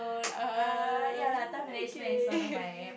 err okay